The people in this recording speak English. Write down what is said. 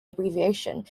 abbreviation